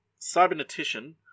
cybernetician